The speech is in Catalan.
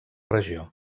regió